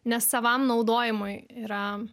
ne savam naudojimui yra